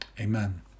Amen